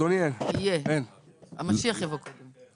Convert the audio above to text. יהיה, המשיח יבוא קודם.